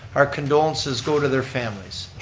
our condolences go to their families.